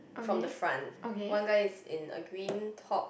from the front one guy is in a green top